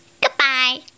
Goodbye